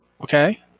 Okay